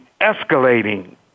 escalating